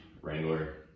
Wrangler